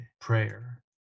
prayer